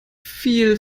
viel